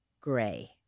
gray